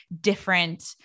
different